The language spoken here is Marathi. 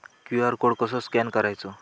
क्यू.आर कोड कसो स्कॅन करायचो?